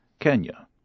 Kenya